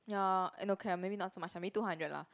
ya eh no okay maybe not so much I mean two hundred lah